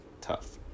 Tough